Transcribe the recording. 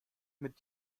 mit